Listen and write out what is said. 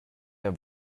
der